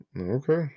Okay